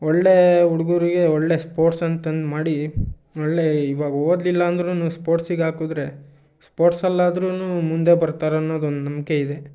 ಒಳ್ಳೆಯ ಹುಡುಗರಿಗೆ ಒಳ್ಳೆಯ ಸ್ಪೋರ್ಟ್ಸ್ ಅಂತಂದು ಮಾಡಿ ಒಳ್ಳೆಯ ಇವಾಗ ಓದ್ಲಿಲ್ಲಾಂದ್ರು ಸ್ಪೋರ್ಟ್ಸಿಗೆ ಹಾಕಿದ್ರೆ ಸ್ಪೋರ್ಟ್ಸಲ್ಲಾದ್ರು ಮುಂದೆ ಬರ್ತಾರೆ ಅನ್ನೋದೊಂದು ನಂಬಿಕೆ ಇದೆ